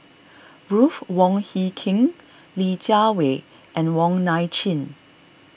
Ruth Wong Hie King Li Jiawei and Wong Nai Chin